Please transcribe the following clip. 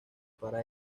para